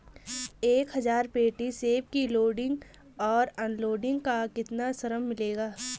एक हज़ार पेटी सेब की लोडिंग और अनलोडिंग का कितना श्रम मिलेगा?